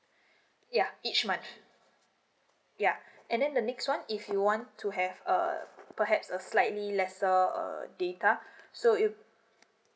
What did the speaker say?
ya each month ya and then the next one if you want to have uh perhaps a slightly lesser uh data so it